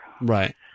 Right